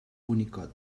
unicode